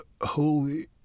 holy